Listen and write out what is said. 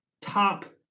top